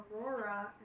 Aurora